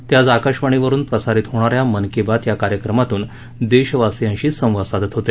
ते आज आकाशवाणीवरुन प्रसारित होणाऱ्या मन की बात या कार्यक्रमातून देशवासीयांशी संवाद साधत होते